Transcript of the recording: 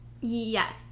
Yes